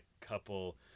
couple